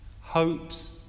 hopes